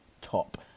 top